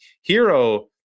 Hero